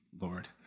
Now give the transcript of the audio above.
Lord